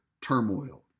turmoil